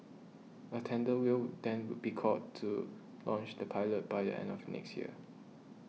a tender will then be called to launch the pilot by the end of next year